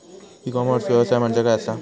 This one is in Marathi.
ई कॉमर्स व्यवसाय म्हणजे काय असा?